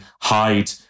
hide